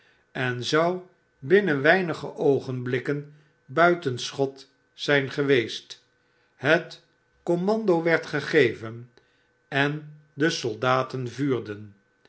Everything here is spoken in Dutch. en zou binnen weinige oogenblikken buiten schot zijn geweest het commando werd gegeven en de soldaten vuurden